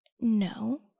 no